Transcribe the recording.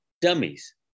Dummies